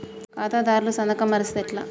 ఖాతాదారుల సంతకం మరిస్తే ఎట్లా?